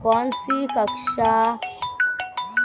कौनसी कक्षा उत्तीर्ण करने के बाद शिक्षित लोंन ले सकता हूं?